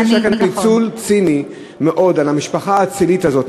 אני חושב שזה ניצול ציני מאוד של המשפחה האצילית הזאת,